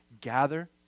gather